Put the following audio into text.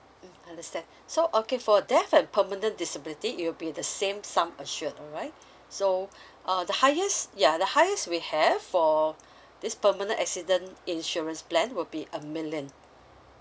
mm understand so okay for death and permanent disability it'll be the same sum assured alright so uh the highest ya the highest we have for this permanent accident insurance plan will be a million